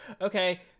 Okay